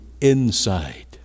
inside